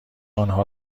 آنها